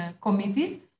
committees